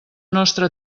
nostra